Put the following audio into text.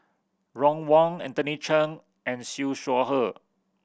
Ron Wong Anthony Chen and Siew Shaw Her